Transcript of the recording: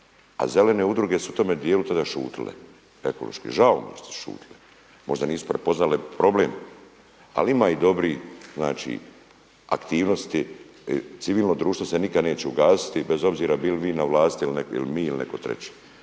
A zelene udruge su u tome dijelu tada šutile ekološke. Žao mi je da su šutile, možda nisu prepoznale problem. Ali ima i dobrih aktivnosti, civilno društvo se nikada neće ugasiti bez obzira bili vi na vlasti ili mi ili neko treći.